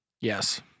Yes